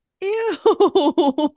Ew